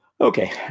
okay